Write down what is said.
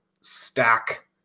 stack